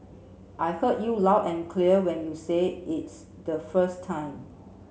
I heard you loud and clear when you say its the first time